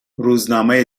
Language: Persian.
روزنامه